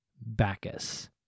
Bacchus